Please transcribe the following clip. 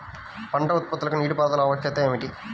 పంట ఉత్పత్తికి నీటిపారుదల ఆవశ్యకత ఏమి?